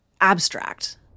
abstract